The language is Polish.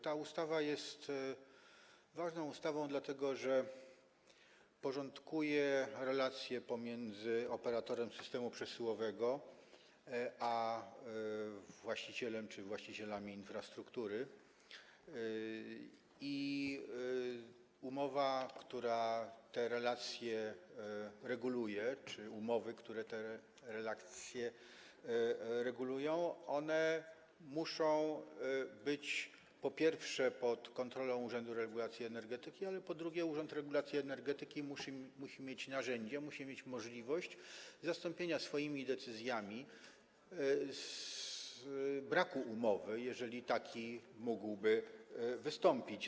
Ta ustawa jest ważną ustawą, dlatego że porządkuje relacje pomiędzy operatorem systemu przesyłowego a właścicielem czy właścicielami infrastruktury i umowa, która te relacje reguluje, czy umowy, które te relacje regulują, po pierwsze, muszą być pod kontrolą Urzędu Regulacji Energetyki, a po drugie, Urząd Regulacji Energetyki musi mieć narzędzie, musi mieć możliwość zastąpienia swoimi decyzjami braku umowy, jeżeli taki mógłby wystąpić.